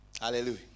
Hallelujah